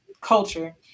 culture